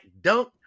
dunk